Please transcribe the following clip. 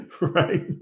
right